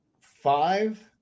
five